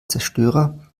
zerstörer